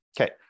Okay